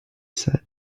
said